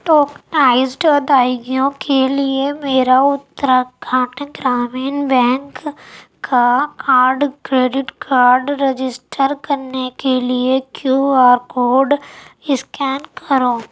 tokenized ادائیگیوں کے لیے میرا اتراکھنڈ گرامین بینک کا کارڈ کریڈٹ کارڈ رجسٹر کرنے کے لیے کیو آر کوڈ اسکین کرو